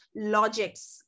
logics